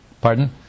Pardon